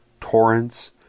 torrents